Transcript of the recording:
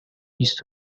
بیست